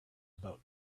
about